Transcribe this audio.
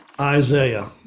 Isaiah